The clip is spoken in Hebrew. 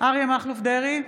אריה מכלוף דרעי,